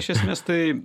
iš esmės tai